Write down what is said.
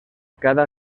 cada